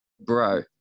Bro